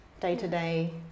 day-to-day